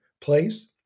place